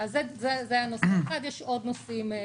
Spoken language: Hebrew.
גם אם זה יהיה עוד כמה חודשים?